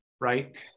right